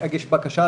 מגיש בקשה,